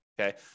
okay